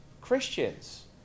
Christians